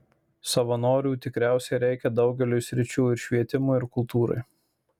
savanorių tikriausiai reikia daugeliui sričių ir švietimui ir kultūrai